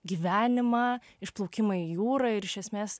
gyvenimą išplaukimą į jūrą ir iš esmės